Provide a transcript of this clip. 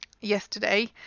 yesterday